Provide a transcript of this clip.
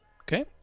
Okay